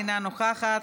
אינה נוכחת,